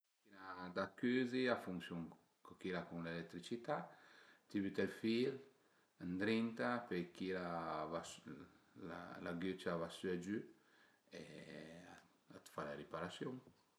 La machina da cüzi a funsiun-a co chila cun l'eletricità, t'i büte ël fil ëndrinta, pöi chila a va sü, la gücia a va sü e giü e t'fa le riparasiun